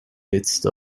midst